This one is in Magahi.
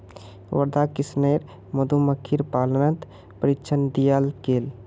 वर्धाक किसानेर मधुमक्खीर पालनत प्रशिक्षण दियाल गेल